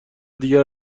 دیگر